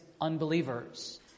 unbelievers